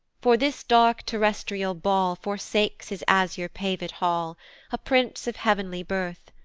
for this dark terrestrial ball forsakes his azure-paved hall a prince of heav'nly birth!